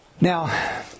Now